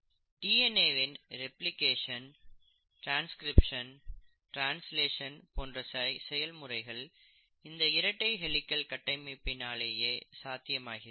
DNA வின் replication transcription translation போன்ற செயல்முறைகள் இந்த இரட்டை ஹெலிக்கள் கட்டமைப்பினாலேயே சாத்தியமாகிறது